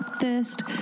thirst